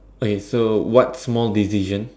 okay so what small decision